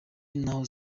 naho